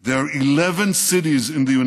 there are 11 cities in the United